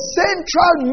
central